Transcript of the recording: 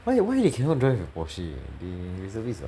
why why you cannot drive with porsche you reservist [what]